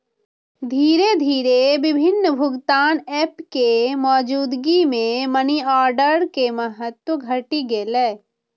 धीरे धीरे विभिन्न भुगतान एप के मौजूदगी मे मनीऑर्डर के महत्व घटि गेलै